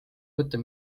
võtta